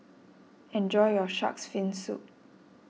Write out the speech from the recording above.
enjoy your Shark's Fin Soup